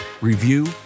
review